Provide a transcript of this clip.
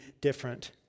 different